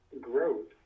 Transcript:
Growth